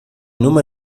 nummer